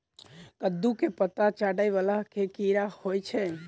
कद्दू केँ पात चाटय वला केँ कीड़ा होइ छै?